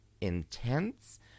intense